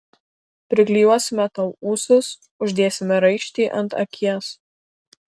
priklijuosime tau ūsus uždėsime raištį ant akies